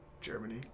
Germany